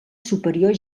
superior